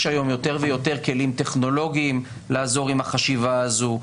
יש היום יותר ויותר כלים טכנולוגיים לעזור עם החשיבה הזאת,